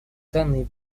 данный